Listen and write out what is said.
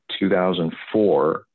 2004